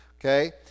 Okay